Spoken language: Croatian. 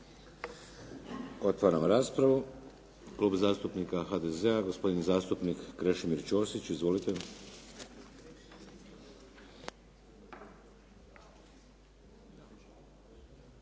Otvaram raspravu. Klub zastupnika HDZ-a gospodin zastupnik Krešimir Ćosić. Izvolite.